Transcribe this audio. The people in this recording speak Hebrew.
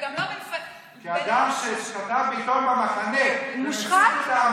אדם שכתב בעיתון במחנה --- הוא מושחת?